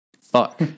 fuck